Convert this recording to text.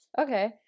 okay